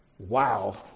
Wow